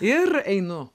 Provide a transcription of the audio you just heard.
ir einu